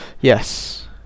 Yes